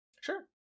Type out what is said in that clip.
sure